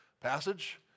passage